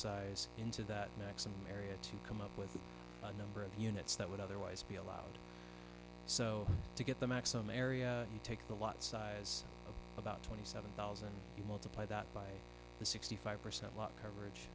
size into that next and area to come up with the number of units that would otherwise be allowed so to get the maximum area take the lot size of about twenty seven thousand multiply that by the sixty five percent lot coverage